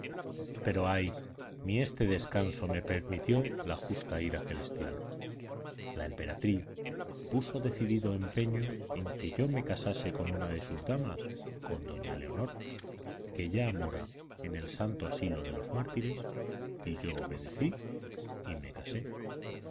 pero ay ni este descanso me permitió la justa ira celestial la emperatriz puso decidido empeño en que yo me casase con una de sus damas con doña leonor que ya mora en el santo asilo de los mártires y yo obedecí y me casé